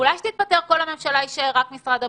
אולי זה ייפתר אם בכל הממשלה יישאר רק משרד הבריאות?